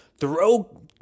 throw